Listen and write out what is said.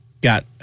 got